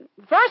first